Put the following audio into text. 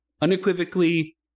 unequivocally